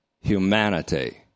humanity